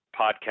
podcast